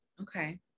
okay